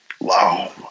Wow